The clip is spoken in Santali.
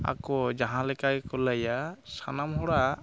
ᱟᱠᱚ ᱡᱟᱦᱟᱸ ᱞᱮᱠᱟ ᱜᱮᱠᱚ ᱞᱟᱭᱟ ᱥᱟᱱᱟᱢ ᱦᱚᱲᱟᱜ